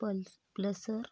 pulse प्लसर